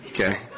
Okay